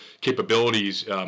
capabilities